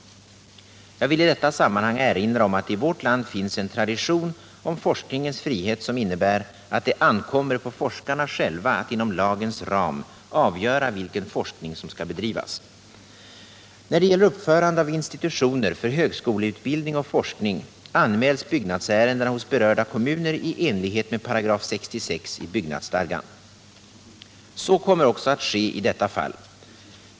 Jag vill i detta sammanhang erinra om att det i vårt land finns en tradition i fråga om forskningens frihet som innebär att det ankommer på forskarna själva att inom lagens ram avgöra vilken forskning som skall bedrivas. När det gäller uppförande av institutioner för högskoleutbildning och forskning anmäls byggnadsärendena hos berörda kommuner i enlighet med 66 § i byggnadsstadgan. Så kommer också att ske i detta fall.